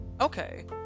Okay